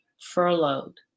furloughed